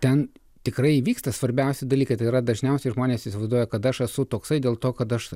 ten tikrai vyksta svarbiausi dalykai tai yra dažniausiai žmonės įsivaizduoja kad aš esu toksai dėl to kad aš